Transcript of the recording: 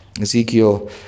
Ezekiel